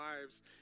lives